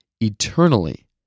eternally